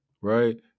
right